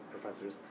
professors